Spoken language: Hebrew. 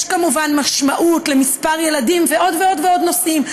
יש כמובן משמעות למספר ילדים ולעוד ועוד נושאים,